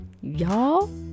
y'all